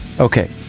Okay